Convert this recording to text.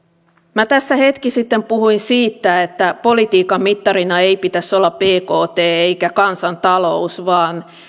minä tässä hetki sitten puhuin siitä että politiikan mittarina ei pitäisi olla bkt eikä kansantalous vaan